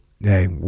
hey